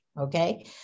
Okay